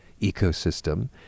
ecosystem